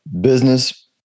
Business